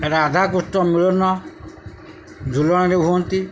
ରାଧା କୃଷ୍ଣ ମିଳନ ଝୁଲଣାରେ ହୁଅନ୍ତି